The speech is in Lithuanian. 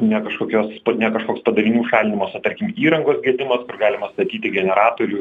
ne kažkokios ne kažkoks padarinių šalinimas o tarkim įrangos gedimas galima statyti generatorių